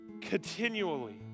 continually